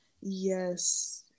Yes